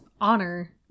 honor